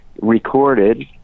recorded